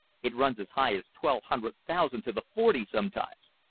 it runs as high as twelve hundred thousand to the forty sometimes.